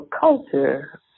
culture